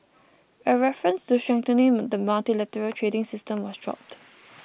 a reference to strengthening the multilateral trading system was dropped